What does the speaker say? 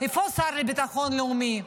איפה השר לביטחון לאומי?